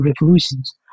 revolutions